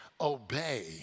Obey